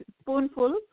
spoonful